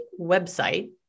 website